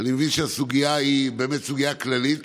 אני מבין שהסוגיה היא באמת סוגיה כללית,